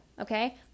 okay